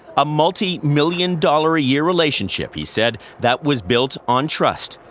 a multimillion-dollar-a-year relationship he said, that was built on trust.